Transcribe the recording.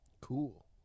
cool